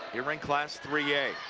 they're in class three a.